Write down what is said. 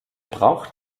braucht